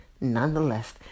nonetheless